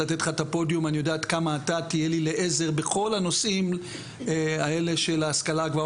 אני יודע עד כמה אתה תהיה לי לעזר בכל הנושאים האלה של ההשכלה הגבוהה,